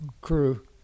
crew